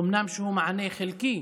אומנם מענה חלקי,